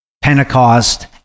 Pentecost